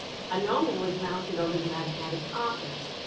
a gnomon was mounted over the magnetic compass,